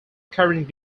current